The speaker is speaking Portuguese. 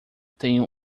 tenho